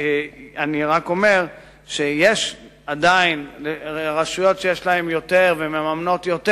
אני רק אומר שיש עדיין רשויות שיש להן יותר ומממנות יותר,